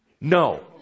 no